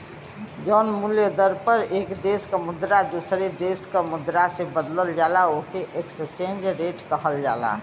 जौन मूल्य दर पर एक देश क मुद्रा दूसरे देश क मुद्रा से बदलल जाला ओके एक्सचेंज रेट कहल जाला